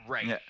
Right